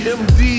md